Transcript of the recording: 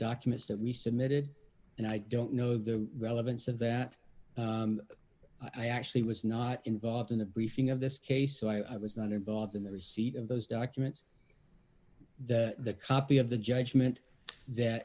documents that we submitted and i don't know the relevance of that i actually was not involved in the briefing of this case so i was not involved in the receipt of those documents the copy of the judgment that